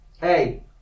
Hey